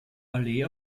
allee